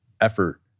effort